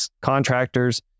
contractors